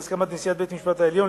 בהסכמת נשיאת בית-המשפט העליון,